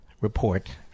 report